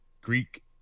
Greek